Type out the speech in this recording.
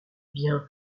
bien